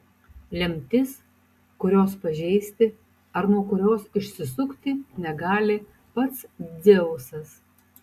lemtis kurios pažeisti ar nuo kurios išsisukti negali pats dzeusas